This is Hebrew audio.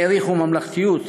העריכו ממלכתיות,